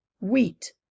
wheat